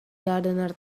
gardener